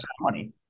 money